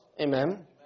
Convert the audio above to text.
Amen